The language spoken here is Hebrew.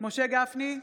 משה גפני,